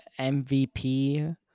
MVP